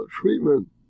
treatment